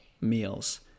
meals